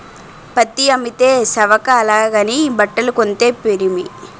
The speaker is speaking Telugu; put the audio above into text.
పత్తి అమ్మితే సవక అలాగని బట్టలు కొంతే పిరిమి